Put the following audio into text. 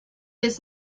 does